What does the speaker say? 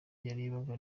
yarebaga